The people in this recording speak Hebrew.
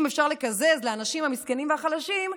אם אפשר לקזז לאנשים המסכנים והחלשים,